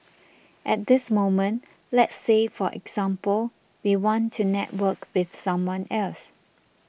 at this moment let's say for example we want to network with someone else